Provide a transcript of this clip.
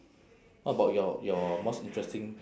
what about your your most interesting